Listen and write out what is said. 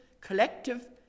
collective